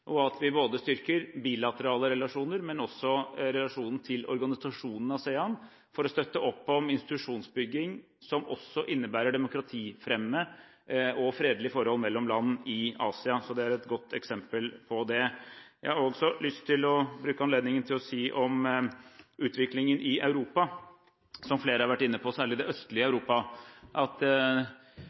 og at vi både styrker bilaterale relasjoner og relasjonen til organisasjonen ASEAN for å støtte opp om institusjonsbygging som også innebærer fremme av demokrati og fredelige forhold mellom land i Asia. Så det er godt eksempel på det. Jeg har også lyst til å bruke anledningen til å si om utviklingen i Europa, som flere har vært inne på – særlig det østlige Europa – at